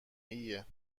ایه